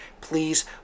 please